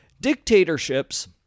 Dictatorships